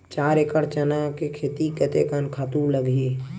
चार एकड़ चना के खेती कतेकन खातु लगही?